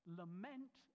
lament